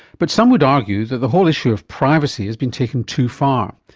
but some would argue that the whole issue of privacy has been taken too far,